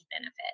benefit